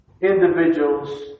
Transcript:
individuals